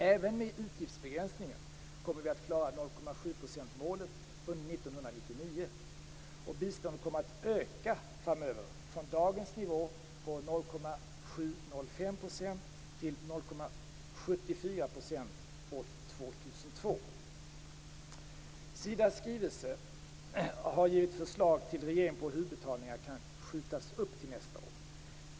Även med utgiftsbegränsningen kommer vi att klara 0,7 %-målet under 1999 och biståndet kommer att öka framöver, från dagens nivå på 0,705 % till Sida har i en skrivelse givit förslag till regeringen på hur utbetalningar kan skjutas upp till nästa år.